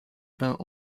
peint